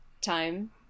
time